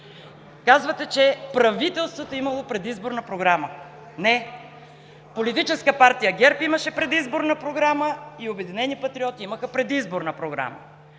Казвате, че правителството имало предизборна програма! Не, Политическа партия ГЕРБ имаше предизборна и Обединени патриоти имаха предизборна програма.